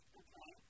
okay